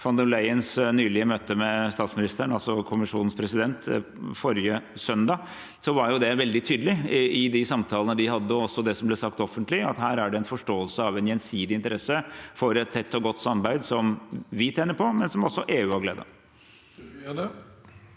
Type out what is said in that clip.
von der Leyens nylige møte med statsministeren forrige søndag var jo det veldig tydelig i samtalene de hadde, og også det som ble sagt offentlig, at her er det en forståelse av en gjensidig interesse for et tett og godt samarbeid, som vi tjener på, og som også EU har glede